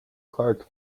clark